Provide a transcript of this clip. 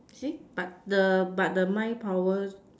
see but the but the mind power